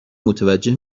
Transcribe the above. متوجه